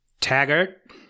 Taggart